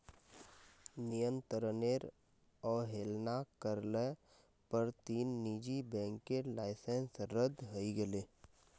नियंत्रनेर अवहेलना कर ल पर तीन निजी बैंकेर लाइसेंस रद्द हई गेले